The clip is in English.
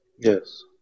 Yes